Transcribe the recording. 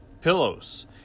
pillows